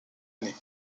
année